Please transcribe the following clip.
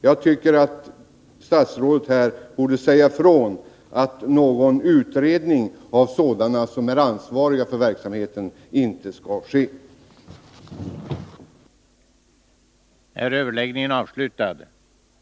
Jag tycker att statsrådet här borde säga ifrån att personer som är ansvariga för verksamheten inte skall göra någon utredning.